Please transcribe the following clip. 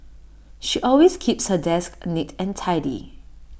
she always keeps her desk neat and tidy